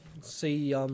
See